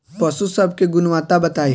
पशु सब के गुणवत्ता बताई?